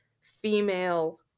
female